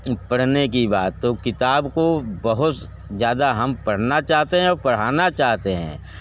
पढ़ने की बात तो किताब को बहुत ज़्यादा हम पढ़ना चाहते हैं और पढ़ाना चाहते हैं